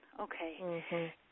Okay